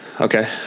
Okay